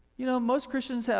you know most christians are,